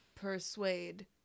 Persuade